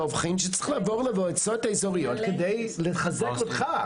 הופכין שצריך לעבור למועצות האזוריות כדי לחזק אותן,